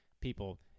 People